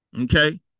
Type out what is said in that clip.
Okay